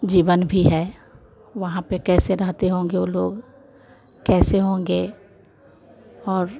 जीवन भी है वहाँ पर कैसे रहते होंगे वह लोग कैसे होंगे और